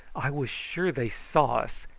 i was sure they saw us,